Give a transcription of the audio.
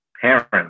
parents